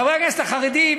חברי הכנסת החרדים,